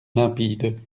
limpide